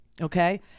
okay